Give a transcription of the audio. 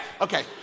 Okay